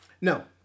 No